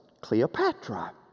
Cleopatra